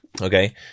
Okay